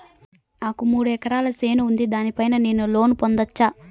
నాకు మూడు ఎకరాలు చేను ఉంది, దాని పైన నేను లోను పొందొచ్చా?